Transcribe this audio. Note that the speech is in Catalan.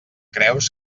creus